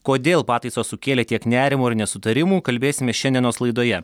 kodėl pataisos sukėlė tiek nerimo ar nesutarimų kalbėsime šiandienos laidoje